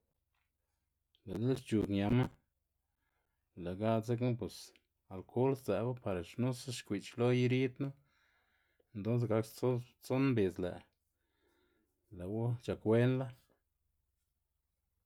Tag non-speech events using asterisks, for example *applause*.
Be' lë xc̲h̲ug ñama lë' ga dzekna bos alkol sdzë'bu para xnusa xkwui'ch lo erid knu, entonce gak *unintelligible* stson mbidz lë' lë'wu c̲h̲akwenla.